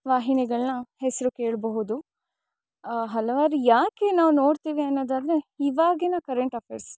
ವಾಹಿನಿಗಳನ್ನ ಹೆಸ್ರು ಕೇಳಬಹುದು ಹಲವಾರು ಯಾಕೆ ನಾವು ನೋಡ್ತಿವಿ ಅನ್ನೊದಾದರೆ ಇವಾಗಿನ ಕರೆಂಟ್ ಅಫೇರ್ಸ್